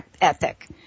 ethic